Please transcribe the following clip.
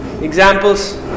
Examples